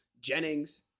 Jennings